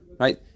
Right